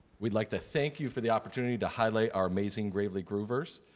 we'd like to thank you for the opportunity to highlight our amazing gravely goovers.